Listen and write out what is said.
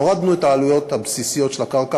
הורדנו את העלויות הבסיסיות של הקרקע,